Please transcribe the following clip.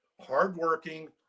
hardworking